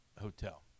hotel